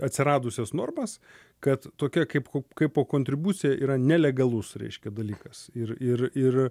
atsiradusias normas kad tokia kaip ko kaipo kontribucija yra nelegalus reiškia dalykas ir ir ir